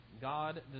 God